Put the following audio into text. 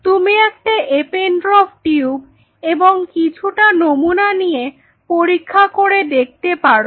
তুমি একটা Eppendorf tube এবং কিছুটা নমুনা নিয়ে পরীক্ষা করে দেখতে পারো